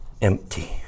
Empty